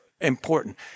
important